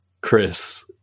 Chris